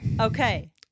Okay